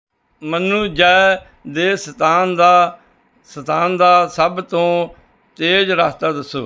ਮੈਨੂੰ ਜੈ ਦੇ ਸਥਾਨ ਦਾ ਸਥਾਨ ਦਾ ਸਭ ਤੋਂ ਤੇਜ਼ ਰਸਤਾ ਦੱਸੋ